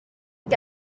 que